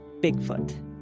Bigfoot